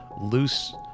loose